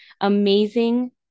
amazing